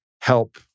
help